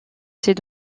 ses